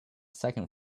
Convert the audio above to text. second